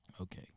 Okay